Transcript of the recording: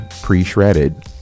pre-shredded